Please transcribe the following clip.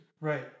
Right